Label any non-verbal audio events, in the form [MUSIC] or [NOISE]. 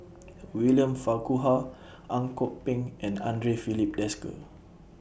[NOISE] William Farquhar Ang Kok Peng and Andre Filipe Desker